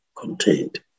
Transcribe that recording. contained